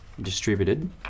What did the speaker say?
distributed